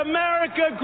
America